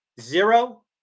zero